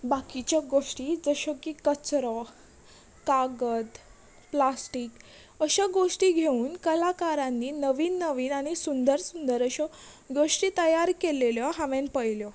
बाकिचे गोश्टी जश्यो की कचरो कागद प्लास्टीक अश्या गोश्टी घेवून कलाकारांनी नवीन नवीन आनी सुंदर सुंदर अश्यो गोश्टी तयार केलेल्यो हांवेन पयल्यो